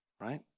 right